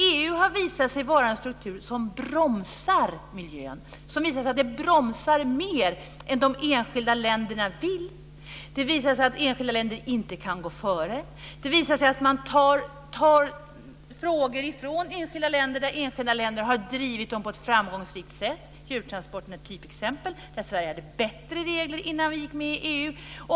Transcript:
EU har visat sig vara en struktur som bromsar miljön, som bromsar mer än de enskilda länderna vill. Det har visat sig att enskilda länder inte kan gå före. Det har också visat sig att man tar frågor från enskilda länder som dessa har drivit på ett framgångsrikt sätt. Djurtransporterna är ett typexempel. Där hade i Sverige bättre regler innan vi gick med i EU.